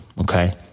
Okay